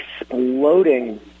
exploding